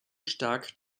stark